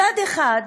מצד אחד,